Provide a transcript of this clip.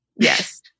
Yes